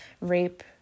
rape